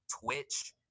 Twitch